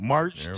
March